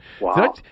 Wow